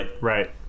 Right